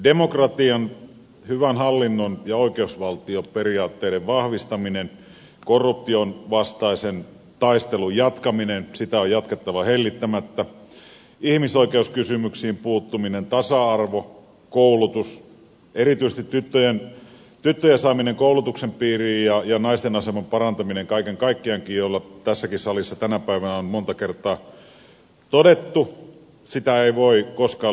demokratian hyvän hallinnon ja oikeusvaltioperiaatteiden vahvistaminen korruption vastaisen taistelun jatkaminen sitä on jatkettava hellittämättä ihmisoikeuskysymyksiin puuttuminen tasa arvo koulutus erityisesti tyttöjen saaminen koulutuksen piiriin ja naisten aseman parantaminen kaiken kaikkiaankin joka tässäkin salissa tänä päivänä on monta kertaa todettu sitä ei voi koskaan liikaa korostaa